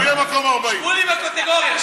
הוא יהיה מקום 40. שמולי בקטגוריה.